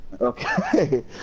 okay